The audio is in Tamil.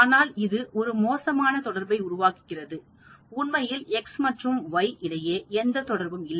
ஆனால் இது ஒரு மோசமான தொடர்பை உருவாக்குகிறது உண்மையில் எக்ஸ் மற்றும் வரிகளுக்கு இடையே எந்த தொடர்பும் இல்லை